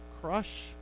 crush